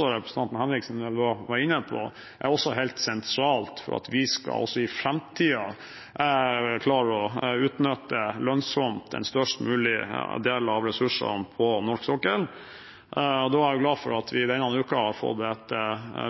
representanten Henriksen var inne på – helt sentralt for at vi også i framtiden skal klare å utnytte lønnsomt en størst mulig del av ressursene på norsk sokkel. Jeg er glad for at vi denne uken har fått et